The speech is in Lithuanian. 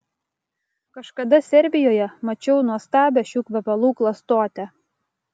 kažkada serbijoje mačiau nuostabią šių kvepalų klastotę